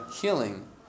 healing